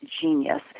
genius